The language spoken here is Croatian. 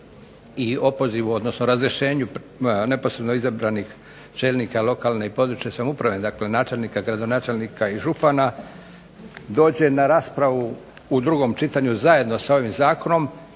i opozivu, odnosno razrješenju neposredno izabranih čelnika lokalne i područne samouprave, dakle načelnika, gradonačelnika i župana, dođe na raspravu u drugom čitanju zajedno sa ovim zakonom